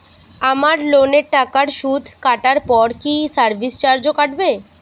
আমার লোনের টাকার সুদ কাটারপর কি সার্ভিস চার্জও কাটবে?